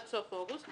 עד סוף אוגוסט.